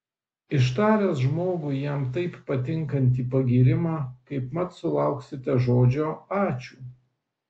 ištaręs žmogui jam taip patinkantį pagyrimą kaipmat sulauksite žodžio ačiū